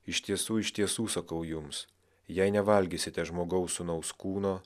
iš tiesų iš tiesų sakau jums jei nevalgysite žmogaus sūnaus kūno